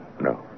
No